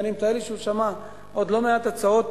ואני מתאר לי שהוא שמע עוד לא מעט הצעות